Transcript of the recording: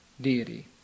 deity